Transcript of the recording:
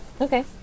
Okay